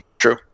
true